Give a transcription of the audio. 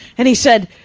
and he said,